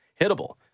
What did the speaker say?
hittable